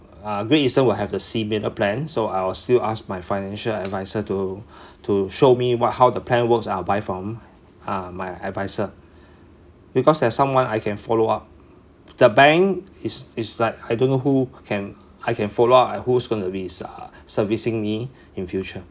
uh Great Eastern will have the similar plan so I'll still ask my financial adviser to to show me what how the plan works I'll buy from uh my adviser because there's someone I can follow up the bank is is that I don't know who can I can follow up and who's going to reser~ uh servicing me in future